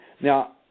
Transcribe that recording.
Now